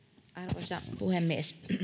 arvoisa puhemies